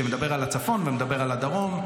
שמדבר על הצפון ומדבר על הדרום,